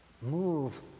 move